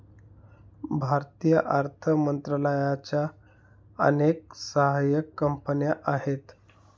भारतीय अर्थ मंत्रालयाच्या अनेक सहाय्यक कंपन्या आहेत